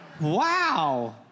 Wow